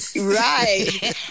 right